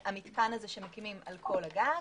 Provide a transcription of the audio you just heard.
שהמתקן הזה שמתקינים על כל הגג,